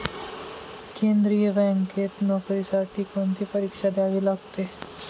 केंद्रीय बँकेत नोकरीसाठी कोणती परीक्षा द्यावी लागते?